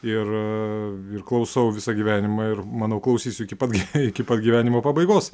ir ir klausau visą gyvenimą ir manau klausysiu iki pat gy iki pat gyvenimo pabaigos